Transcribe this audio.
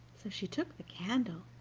so she took the candle,